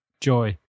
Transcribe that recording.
joy